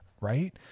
right